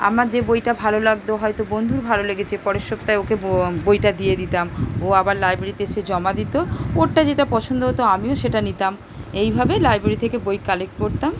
আমার যে বইটা ভালো লাগতো হয়তো বন্ধুর ভালো লেগেছে পরের সপ্তাহে ওকে বইটা দিয়ে দিতাম ও আবার লাইব্রেরিতে এসে জমা দিত ওরটা যেটা পছন্দ হতো আমিও সেটা নিতাম এইভাবে লাইব্রেরি থেকে বই কালেক্ট করতাম